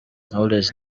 knowless